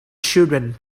children